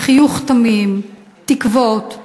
חיוך תמים, תקוות,